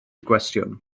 gwestiwn